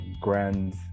grand